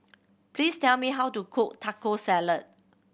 please tell me how to cook Taco Salad